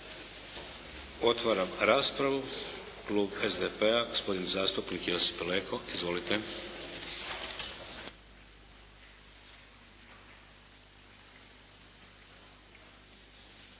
Otvaram raspravu. Klub SDP-a, gospodin zastupnik Josip Leko. Izvolite.